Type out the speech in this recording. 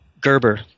Gerber